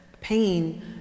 Pain